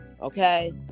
Okay